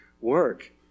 work